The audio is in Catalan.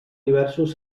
diversos